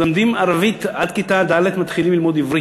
מלמדים ערבית, בכיתה ד' מתחילים ללמוד עברית.